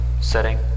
Setting